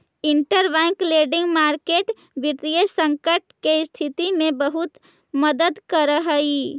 interbank lending market वित्तीय संकट के स्थिति में बहुत मदद करऽ हइ